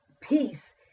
peace